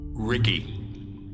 Ricky